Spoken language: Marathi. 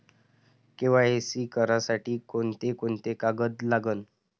के.वाय.सी करासाठी कोंते कोंते कागद लागन?